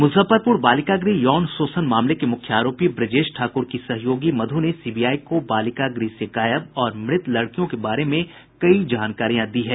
मुजफ्फरपुर बालिका गृह यौन शोषण मामले के मुख्य आरोपी ब्रजेश ठाकुर की सहयोगी मधु ने सीबीआई को बालिका गृह से गायब और मृत लड़कियों के बारे में कई जानकारियां दी है